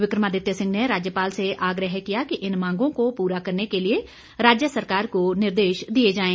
विक्रमादित्य सिंह ने राज्यपाल से आग्रह किया कि इन मांगों को पूरा करने के लिए राज्य सरकार को निर्देश दिए जाएं